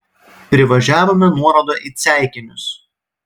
privažiavome nuorodą į ceikinius